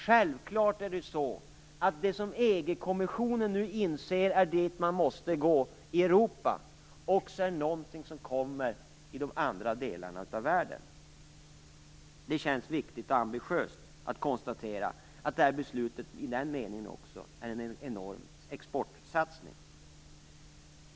Självfallet är det som EU-kommissionen nu inser är nödvändigt för Europa någonting som kommer i andra delar av världen. Det känns viktigt och ambitiöst att konstatera att detta beslut också i den meningen är en enorm exportsatsning.